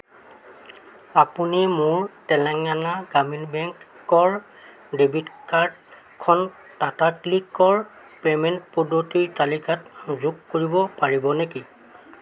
আপুনি মোৰ তেলেঙ্গানা গ্ৰামীণ বেংকৰ ডেবিট কাৰ্ডখন টাটাক্লিকৰ পে'মেণ্ট পদ্ধতিৰ তালিকাত যোগ কৰিব পাৰিব নেকি